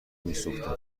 میسوختم